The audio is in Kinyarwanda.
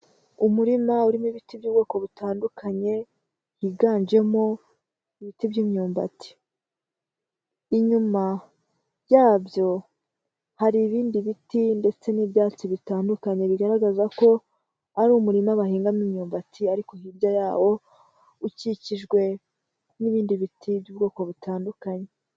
Umurima urimo ibiti by'ubwoko butandukanye, higanjemo ibiti by'imyumbati, inyuma yabyo hari ibindi biti ndetse n'ibyatsi bitandukanye bigaragaza ko ari umurima bahingamo imyumbati ariko hirya yawo, ukikijwe n'ibindi biti by'ubwoko butandukanye.